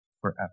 forever